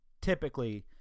typically